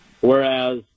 Whereas